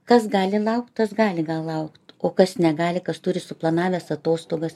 kas gali laukt tas gali laukt o kas negali kas turi suplanavęs atostogas